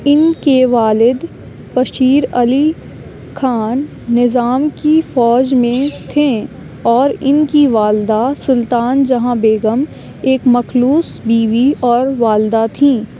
ان کے والد بشیر علی خان نظام کی فوج میں تھے اور ان کی والدہ سلطان جہاں بیگم ایک مخلص بیوی اور والدہ تھیں